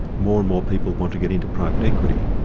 more and more people want to get into private equity,